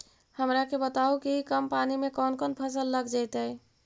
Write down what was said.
हमरा के बताहु कि कम पानी में कौन फसल लग जैतइ?